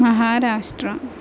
Maharashtra